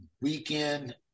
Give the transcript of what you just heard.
weekend